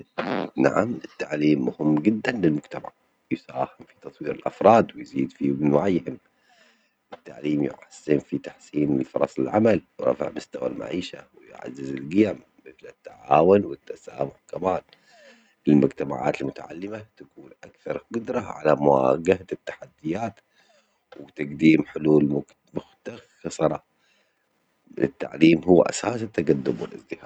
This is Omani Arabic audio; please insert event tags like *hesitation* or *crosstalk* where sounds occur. نعم، التعليم مهم جدًا للمجتمع يساهم في تطوير الأفراد و يزيد في من وعيهم، التعليم يحسن في تحسين فرص العمل و يرفع مستوى المعيشة ويعزز الجيم مثل التعاون والتسامح، كمان المجتمعات المتعلمة تكون أكثر جدرة على مواجهة التحديات وتجديم حلول *hesitation* مختصرة، التعليم هو أساس التجدم و الازدهار.